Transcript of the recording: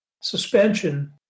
suspension